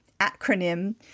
acronym